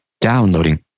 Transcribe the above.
downloading